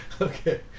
okay